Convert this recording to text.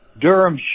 Durham